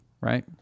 right